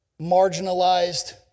marginalized